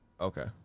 Okay